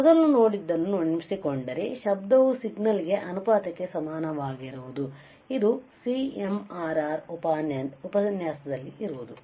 ಮೊದಲು ನೋಡಿದ್ದನ್ನು ನೆನಪಿಸಿಕೊಂಡರೆ ಶಬ್ದವು ಸಿಗ್ನಲ್ ಗೆ ಅನುಪಾತಕ್ಕೆ ಸಮನಾಗಿರುವುದು ಇದು CMRR ಉಪನ್ಯಾಸದಲ್ಲಿ ಇರುವುದು